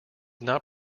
not